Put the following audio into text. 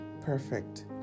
perfect